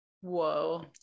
whoa